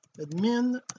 admin